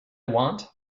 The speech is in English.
want